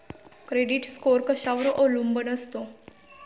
Credit score कशावर अवलंबून असतो?